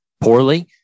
poorly